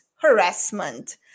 harassment